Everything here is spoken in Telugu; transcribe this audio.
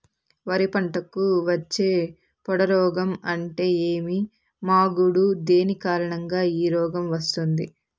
వరి పంటకు వచ్చే పొడ రోగం అంటే ఏమి? మాగుడు దేని కారణంగా ఈ రోగం వస్తుంది?